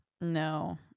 no